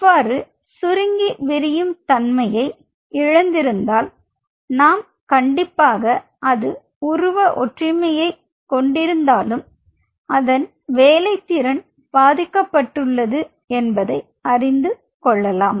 அவ்வாறு சுருங்கி விரியும் தன்மையை இழந்திருந்தால் நாம் கண்டிப்பாக அது உருவ ஒற்றுமையை கொண்டிருந்தாலும் அதன் வேலைத்திறன் பாதிக்கப்பட்டுள்ளது என்பதை அறிந்து கொள்ளலாம்